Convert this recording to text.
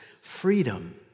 freedom